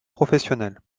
professionnel